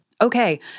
Okay